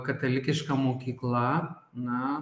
katalikiška mokykla na